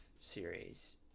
series